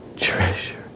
treasure